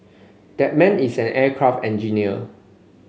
that man is an aircraft engineer